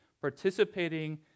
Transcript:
Participating